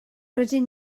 rydyn